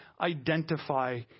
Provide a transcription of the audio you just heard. identify